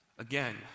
Again